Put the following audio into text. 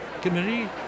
Committee